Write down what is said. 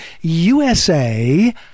USA